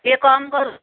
ଟିକିଏ କମ୍ କରୁ